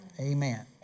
Amen